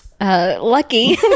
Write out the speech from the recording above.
Lucky